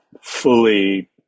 fully